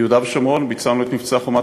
ביהודה ושומרון ביצענו את מבצע "חומת